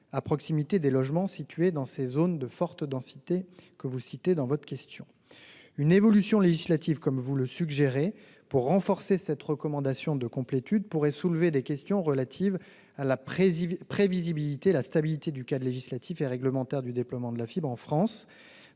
à proximité des logements situés dans ces zones de forte densité. Une évolution législative, comme vous le suggérez, visant à renforcer cette recommandation de complétude pourrait soulever des questions relatives à la prévisibilité et à la stabilité du cadre législatif et réglementaire du déploiement de la fibre en France,